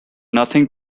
nothing